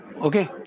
Okay